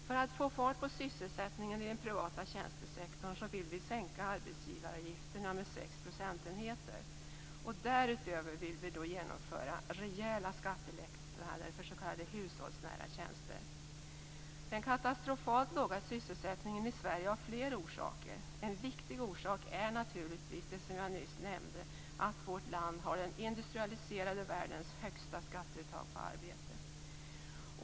För att få fart på sysselsättningen i den privata tjänstesektorn vill vi sänka arbetsgivaravgifterna med sex procentenheter. Därutöver vill vi genomföra rejäla skattelättnader för s.k. hushållsnära tjänster. Den katastrofalt låga sysselsättningen i Sverige har flera orsaker. En viktig orsak är naturligtvis, som jag nyss nämnde, att vårt land har den industrialiserade världens högsta skatteuttag på arbete.